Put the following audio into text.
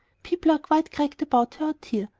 people are quite cracked about her out here.